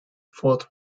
fourth